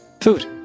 Food